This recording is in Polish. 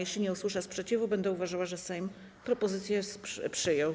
Jeśli nie usłyszę sprzeciwu, będę uważała, że Sejm propozycję przyjął.